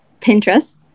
Pinterest